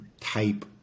type